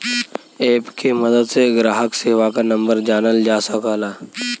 app के मदद से ग्राहक सेवा क नंबर जानल जा सकला